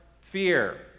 fear